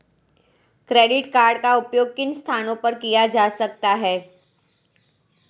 Credit card का उपयोग किन स्थानों पर किया जा सकता है?